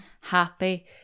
happy